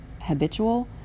habitual